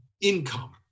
income